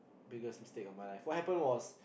biggest mistake of my friend what happen was